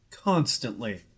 Constantly